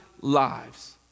lives